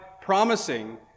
promising